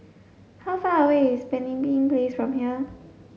how far away is Pemimpin Place from here